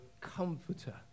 comforter